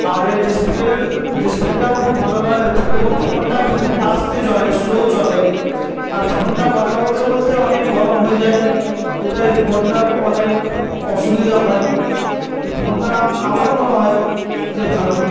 আর এর ডিসপ্লের ডিসপ্লে টাও খুব ভালো নয় এবং ফোনটা খুব আস্তে চলে স্লো চলে আর ফোনটা কথা বলতে বলতে অনেক গরম হয়ে যায় এটাই ফোনটার অনেক অসুবিধা হয় এই ফোনটা আমার মনে হয় যে ভালো নয়